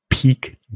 Peak